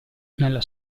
nella